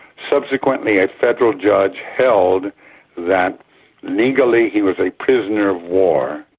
subsequently a federal judge held that legally he was a prisoner of war.